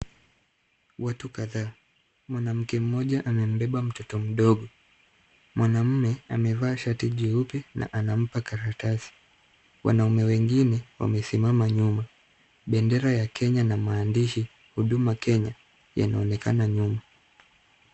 Watu kadhaa. Mwanamke mmoja amembeba mtoto mdogo. Mwanamume amevaa shati jeupe na anampa karatasi. Wanamume wengine wamesimama nyuma. Bendera ya Kenya na maandishi huduma Kenya, yanaonekana nyuma.